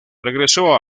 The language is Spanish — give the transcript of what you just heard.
regresó